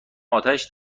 اتش